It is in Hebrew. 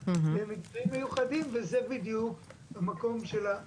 לא נוקבים בדיוק איפה, הצבא